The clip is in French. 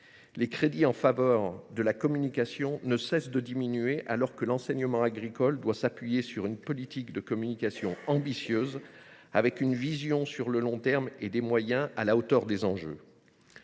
à cet effort de communication ne cessent de diminuer, alors que l’enseignement agricole doit s’appuyer sur une politique de communication ambitieuse, avec une vision de long terme et des moyens à la hauteur des enjeux.